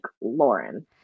Lauren